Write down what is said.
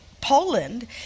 Poland